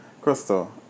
Crystal